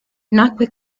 nacque